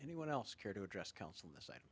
anyone else care to address counsel